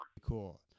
Cool